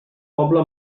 poble